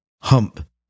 hump